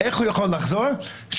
באמת עובדים 24/7 שאם הוא רוצה לחזור,